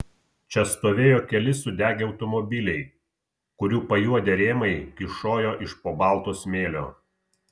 čia stovėjo keli sudegę automobiliai kurių pajuodę rėmai kyšojo iš po balto smėlio